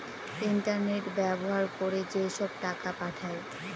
internet ব্যবহার করে যেসব টাকা পাঠায়